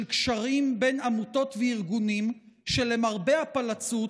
קשרים בין עמותות וארגונים שלמרבה הפלצות,